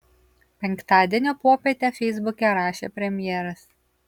penktadienio popietę feisbuke rašė premjeras